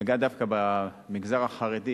לגעת דווקא במגזר החרדי